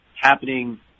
happening